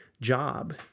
job